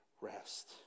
rest